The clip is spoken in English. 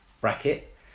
bracket